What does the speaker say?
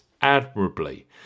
admirably